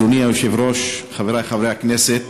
אדוני היושב-ראש, חברי חברי הכנסת,